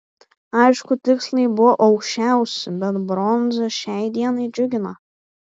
aišku tikslai buvo aukščiausi bet bronza šiai dienai džiugina